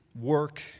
work